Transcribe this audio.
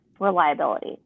reliability